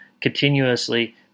continuously